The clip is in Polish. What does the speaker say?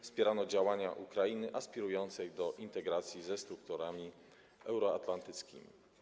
Wspierano działania Ukrainy aspirującej do integracji ze strukturami euroatlantyckimi.